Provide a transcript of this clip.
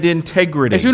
integrity